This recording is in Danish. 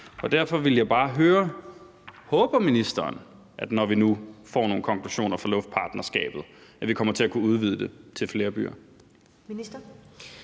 Håber ministeren, at vi, når vi nu får nogle konklusioner fra luftpartnerskabet, kommer til at kunne udvide det til flere byer?